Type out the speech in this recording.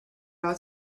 out